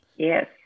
Yes